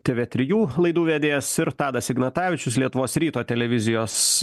tv trijų laidų vedėjas ir tadas ignatavičius lietuvos ryto televizijos